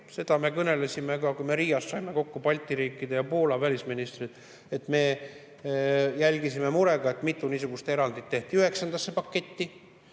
Seda me kõnelesime ka, kui me Riias saime kokku Balti riikide ja Poola välisministritega. Me jälgisime murega, et mitu niisugust erandit tehti üheksandasse paketti,